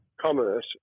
commerce